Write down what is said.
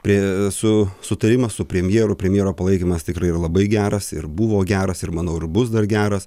prie su sutarimas su premjeru premjero palaikymas tikrai labai geras ir buvo geras ir manau ir bus dar geras